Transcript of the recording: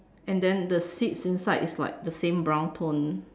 and then the seats inside is what the same brown tone